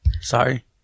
Sorry